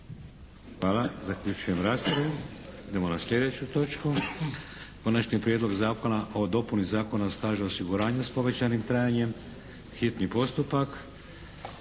**Šeks, Vladimir (HDZ)** Idemo na sljedeću točku –- Konačni prijedlog Zakona o dopuni Zakona o stažu osiguranju s povećanim trajanjem, hitni postupak,